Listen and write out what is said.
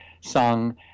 sung